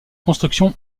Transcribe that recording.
construction